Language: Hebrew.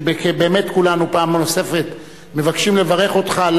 ובאמת כולנו פעם נוספת מבקשים לברך אותך על